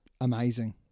amazing